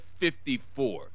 54